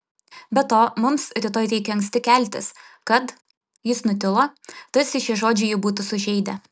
be to mums rytoj reikia anksti keltis kad jis nutilo tarsi šie žodžiai jį būtų sužeidę